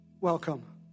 Welcome